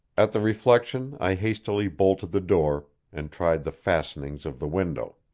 at the reflection i hastily bolted the door, and tried the fastenings of the window.